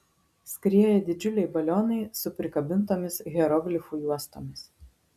skrieja didžiuliai balionai su prikabintomis hieroglifų juostomis